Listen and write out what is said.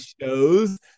shows